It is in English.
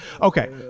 okay